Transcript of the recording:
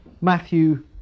Matthew